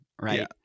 right